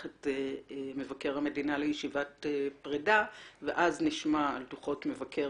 את מבקר המדינה לישיבת פרידה ואז נשמע על דוחות מבקר